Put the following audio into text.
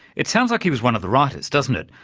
it sounds like he was one of the writers doesn't it?